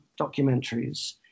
documentaries